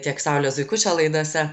tiek saulės zuikučio laidose